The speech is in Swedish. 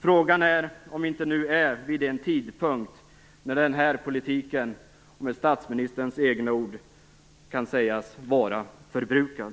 Frågan är om vi inte nu är vid den tidpunkt då den här politiken, med statsministerns egna ord, kan sägas vara förbrukad.